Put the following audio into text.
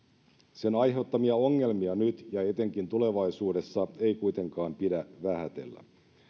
sen aiheuttamia ongelmia nyt ja etenkin tulevaisuudessa ei kuitenkaan pidä vähätellä